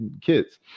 kids